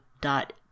dot